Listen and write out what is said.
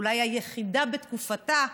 אולי היחידה בתקופתה,